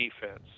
defense